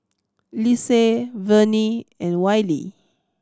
Lise Vernie and Wylie